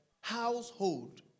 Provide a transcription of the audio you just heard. household